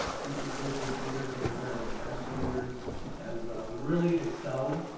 future business leaders of america. the last few years has really excelled,